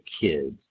kids